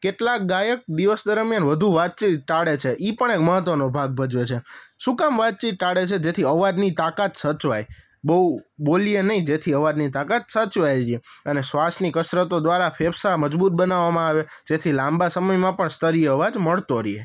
કેટલાક ગાયક દિવસ દરમિયાન વધુ વાતચીત ટાળે છે એ પણ એક મહત્ત્વનો ભાગ ભજવે છે શું કામ વાતચીત ટાળે છે જેથી અવાજની તાકાત સચવાય બહુ બોલીએ નહીં જેથી અવાજની તાકાત સચવાય છે અને શ્વાસની કસરતો દ્વારા ફેફસા મજબૂત બનાવવામાં આવે જેથી લાંબા સમયમાં પણ સ્તરીય અવાજ મળતો રહે